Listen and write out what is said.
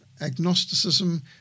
agnosticism